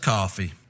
Coffee